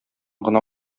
гына